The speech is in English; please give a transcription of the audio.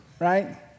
Right